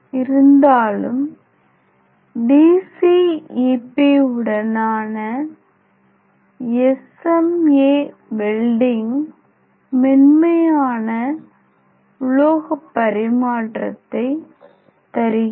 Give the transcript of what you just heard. இருந்தாலும் DCEP உடனான SMA welding மென்மையான உலோகப் பரிமாற்றத்தைத் தருகிறது